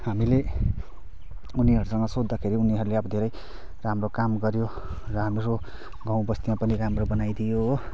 हामीले उनीहरूसँग सोद्धाखेरि उनीहरूले अब धेरै राम्रो काम गऱ्यो र हाम्रो गाउँ बस्तीमा पनि राम्रो बनाइदियो हो